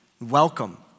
welcome